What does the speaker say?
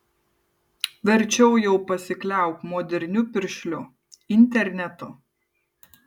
verčiau jau pasikliauk moderniu piršliu internetu